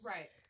Right